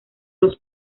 los